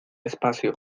espacio